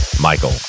Michael